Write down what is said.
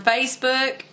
Facebook